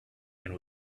and